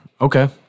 Okay